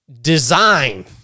design